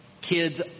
Kids